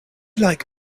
like